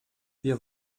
wir